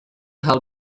how